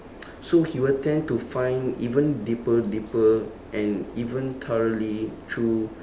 so he will tend to find even deeper deeper and even thoroughly through